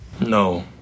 no